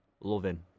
loving